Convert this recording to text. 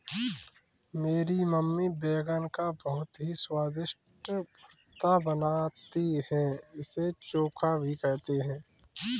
मेरी मम्मी बैगन का बहुत ही स्वादिष्ट भुर्ता बनाती है इसे चोखा भी कहते हैं